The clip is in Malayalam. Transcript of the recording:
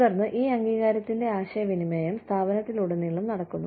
തുടർന്ന് ഈ അംഗീകാരത്തിന്റെ ആശയവിനിമയം സ്ഥാപനത്തിലുടനീളം നടക്കുന്നു